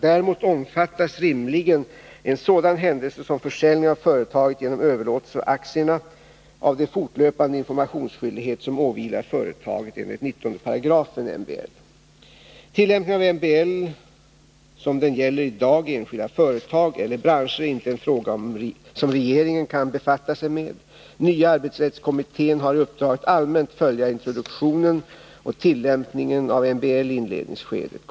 Däremot omfattas rimligen en sådan händelse som försäljning av företaget genom överlåtelse av aktierna av den fortlöpande informationsskyldighet som åvilar företaget enligt 19 § MBL. Tillämpningen av MBL som den gäller i dag i enskilda företag eller branscher är inte en fråga som regeringen kan befatta sig med. Nya arbetsrättskommittén har i uppdrag att allmänt följa introduktionen och tillämpningen av MBL i inledningsskedet.